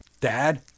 Dad